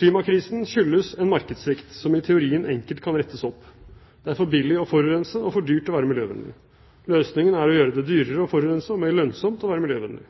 Klimakrisen skyldes en markedssvikt som i teorien enkelt kan rettes opp. Det er for billig å forurense og for dyrt å være miljøvennlig. Løsningen er å gjøre det dyrere å forurense og mer lønnsomt å være miljøvennlig.